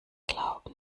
glauben